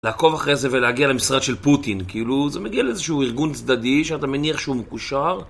לעקוב אחרי זה ולהגיע למשרד של פוטין, כאילו זה מגיע לאיזשהו ארגון צדדי שאתה מניח שהוא מקושר.